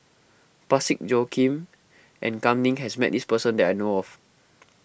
Parsick Joaquim and Kam Ning has met this person that I know of